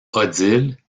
odile